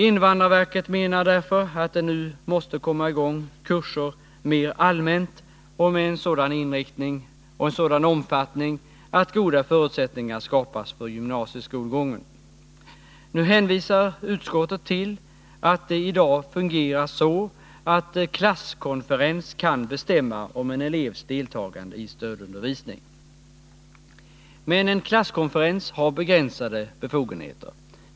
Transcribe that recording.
Invandrarverket menar därför att det nu måste komma i gång kurser mer allmänt och med en sådan inriktning och en sådan omfattning att goda förutsättningar skapas för gymnasieskolgången. Nu hänvisar utskottet till att det i dag fungerar så, att en klasskonferens kan bestämma om en elevs deltagande i stödundervisning. Men en klasskonferens har begränsade befogenheter.